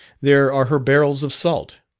there are her barrels of salt,